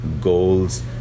goals